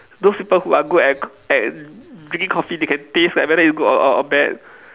those people who are good at c~ at d~ drinking coffee they can taste like whether it's good or or bad